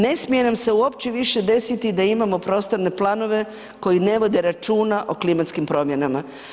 Ne smije sam se uopće više desiti da imamo prostorne planove koji ne vode računa o klimatskim promjenama.